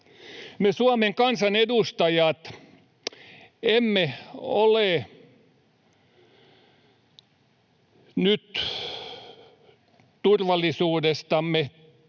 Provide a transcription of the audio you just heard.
Me Suomen kansan edustajat emme ole nyt turvallisuudestamme